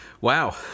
Wow